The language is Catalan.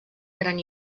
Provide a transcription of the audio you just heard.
gran